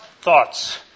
thoughts